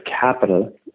capital